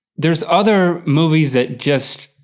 there's other movies that just,